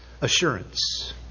assurance